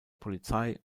polizei